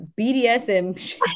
BDSM